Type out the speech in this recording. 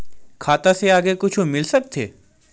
खाता से आगे कुछु मिल सकथे?